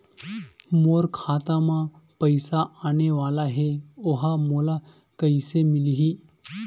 मोर खाता म पईसा आने वाला हे ओहा मोला कइसे मिलही?